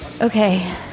Okay